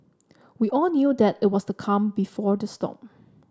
we all knew that it was the calm before the storm